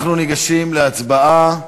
אנחנו ניגשים להצבעה.